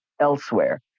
elsewhere